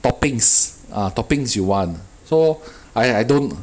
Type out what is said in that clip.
toppings ah toppings you want so I I don't